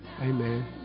Amen